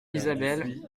isabelle